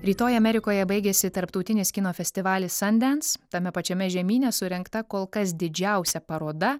rytoj amerikoje baigėsi tarptautinis kino festivalis sandens tame pačiame žemyne surengta kol kas didžiausia paroda